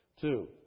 Two